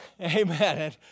Amen